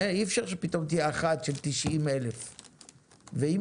אי אפשר שפתאום תהיה אחת של 90,000. ואם